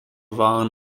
waren